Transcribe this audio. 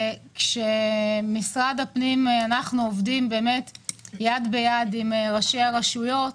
המשרד עובד יד ביד עם ראשי הרשויות